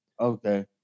Okay